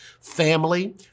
family